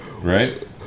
right